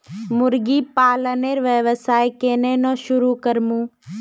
मुर्गी पालनेर व्यवसाय केन न शुरु करमु